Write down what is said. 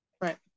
Right